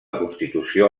constitució